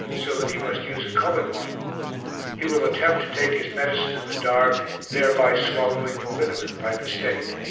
so that he must use a coloured one he will attempt to take his medicine in the dark, thereby swallowing the liniment by mistake.